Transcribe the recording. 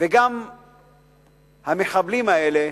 וגם המחבלים האלה